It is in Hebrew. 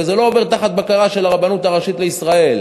וזה לא עובר תחת בקרה של הרבנות הראשית לישראל,